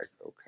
okay